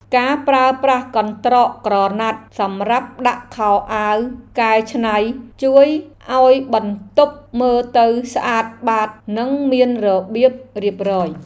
ការប្រើប្រាស់កន្ត្រកក្រណាត់សម្រាប់ដាក់ខោអាវកែច្នៃជួយឱ្យបន្ទប់មើលទៅស្អាតបាតនិងមានរបៀបរៀបរយ។